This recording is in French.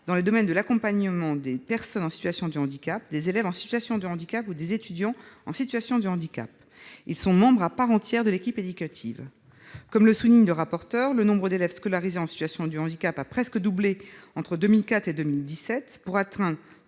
dans les domaines de l'accompagnement des personnes en situation de handicap, des élèves en situation de handicap ou des étudiants en situation de handicap. Ils sont membres à part entière de l'équipe éducative. Comme le souligne le rapporteur, le nombre d'élèves scolarisés en situation de handicap a presque doublé entre 2004 et 2017, pour atteindre